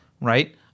right